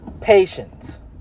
patience